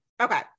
okay